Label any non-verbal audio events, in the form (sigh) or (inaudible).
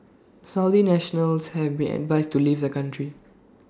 (noise) Saudi nationals have been advised to leave the country